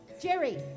Jerry